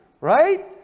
right